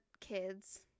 kids